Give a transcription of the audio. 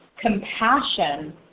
compassion